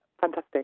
fantastic